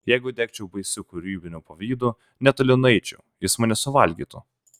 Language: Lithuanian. jeigu degčiau baisiu kūrybiniu pavydu netoli nueičiau jis mane suvalgytų